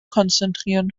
konzentrieren